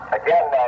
again